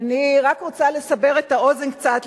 אני רק רוצה לסבר את האוזן קצת,